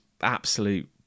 absolute